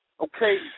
Okay